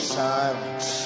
silence